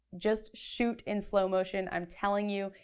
just shoot in slow motion. i'm telling you,